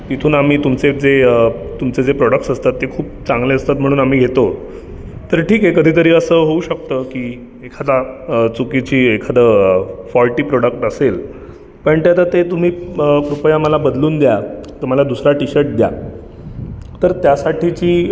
तिथून आम्ही तुमचे जे तुमचे जे प्रोडक्ट्स असतात ते चांगले असतात म्हणून आम्ही घेतो तर ठीक आहे कधीतरी असं होऊ शकतं की एखादा चुकीची एखादं फॉल्टी प्रोडक्ट असेल पण ते आता ते तुम्ही कृपया मला बदलून द्या मला दुसरा टीशर्ट द्या तर त्यासाठीची